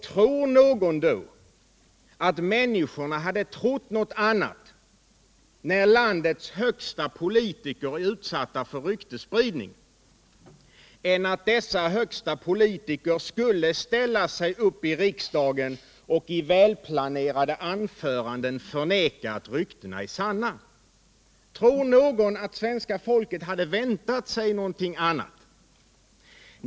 Tror någon att människorna hade väntat något annat, när landets högsta politiker är utsatta för ryktesspridning, än att dessa högsta politiker skulle ställa sig upp i riksdagen och i välplanerade anföranden förneka att ryktena är sanna? Tror någon att svenska folket hade väntat sig någonting annat?